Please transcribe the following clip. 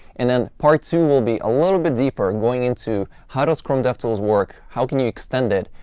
and then part two will be a little bit deeper, going into how does chrome devtools work? how can you extend it?